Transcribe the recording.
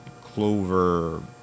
Clover